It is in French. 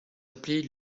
appelés